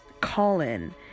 call-in